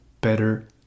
better